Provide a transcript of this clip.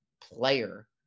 player